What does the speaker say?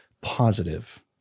positive